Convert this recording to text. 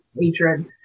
hatred